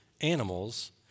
animals